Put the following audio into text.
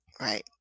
right